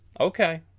Okay